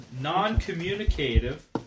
non-communicative